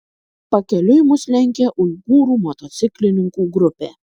pakeliui mus lenkė uigūrų motociklininkų grupė